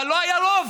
אבל לא היה רוב.